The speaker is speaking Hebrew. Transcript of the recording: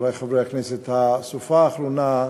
חברי חברי הכנסת, הסופה האחרונה,